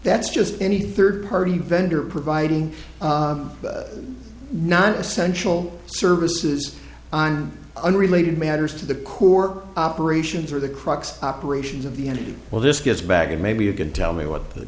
that's just any third party vendor providing not essential services on unrelated matters to the core operations or the crux operations of the n t well this gets back and maybe you can tell me what